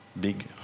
big